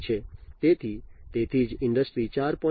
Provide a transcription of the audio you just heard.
તેથી તેથી જ ઇન્ડસ્ટ્રી 4